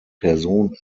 personen